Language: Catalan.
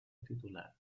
titular